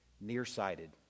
Nearsighted